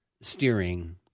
Steering